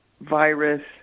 virus